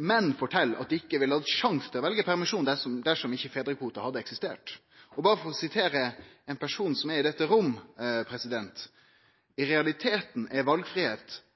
Menn fortel at dei ikkje ville hatt sjanse til å velje permisjon dersom fedrekvoten ikkje hadde eksistert. For å sitere ein person som er i dette rommet: «Dagens kontantstøtte gir i realiteten bare valgfrihet for de som tjener mest.» Han seier også at ho er